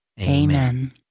Amen